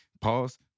pause